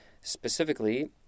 Specifically